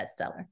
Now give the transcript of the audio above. bestseller